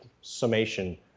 summation